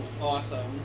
awesome